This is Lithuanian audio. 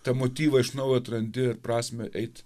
tą motyvą iš naujo atrandi ir prasmę eit